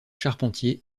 charpentier